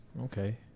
Okay